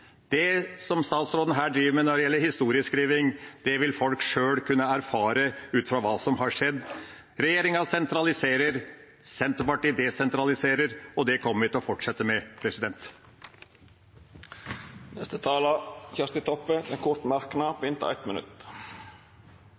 Hammerfest. Det statsråden her driver med når det gjelder historieskriving, vil folk sjøl kunne erfare ut fra hva som har skjedd. Regjeringa sentraliserer, Senterpartiet desentraliserer. Og det kommer vi til å fortsette med. Representanten Kjersti Toppe har hatt ordet to gonger tidlegare og får ordet til ein kort merknad, avgrensa til 1 minutt.